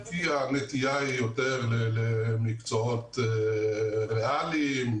הנטייה היא יותר למקצועות ריאליים,